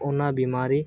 ᱚᱱᱟ ᱵᱤᱢᱟᱨᱤ